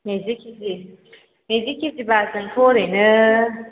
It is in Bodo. नैजि केजि नैजि केजिबा जोंथ' ओरैनो